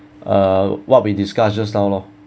uh what we discussed just now lor